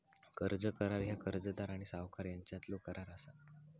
कर्ज करार ह्या कर्जदार आणि सावकार यांच्यातलो करार असा